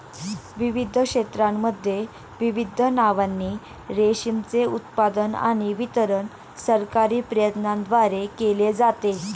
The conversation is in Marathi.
विविध क्षेत्रांमध्ये विविध नावांनी रेशीमचे उत्पादन आणि वितरण सरकारी प्रयत्नांद्वारे केले जाते